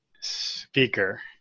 speaker